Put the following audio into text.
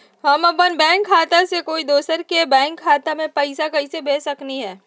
हम अपन बैंक खाता से कोई दोसर के बैंक खाता में पैसा कैसे भेज सकली ह?